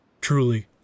Truly